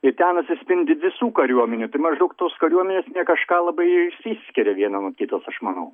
i ten atsispindi visų kariuomenių tai maždaug tos kariuomenės ne kažką labai ir išsiskiria viena nuo kitos aš manau